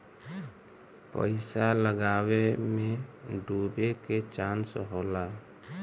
पइसा लगावे मे डूबे के चांस होला